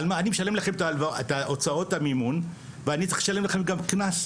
אני משלם לכם את הוצאות המימון ואני צריך לשלם לכם גם קנס.